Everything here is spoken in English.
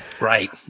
Right